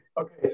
Okay